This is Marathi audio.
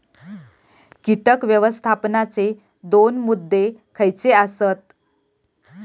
कीटक व्यवस्थापनाचे दोन मुद्दे खयचे आसत?